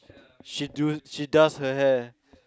she do she does her hair